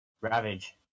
Ravage